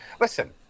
Listen